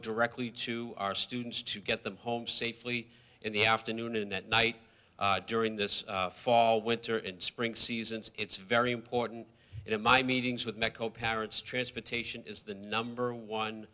directly to our students to get them home safely in the afternoon and at night during this fall winter and spring season so it's very important in my meetings with meco parents transportation is the number one